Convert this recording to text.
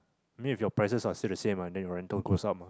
I mean if your price are still the same ah then your rental goes up mah